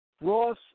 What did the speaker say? Ross